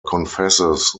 confesses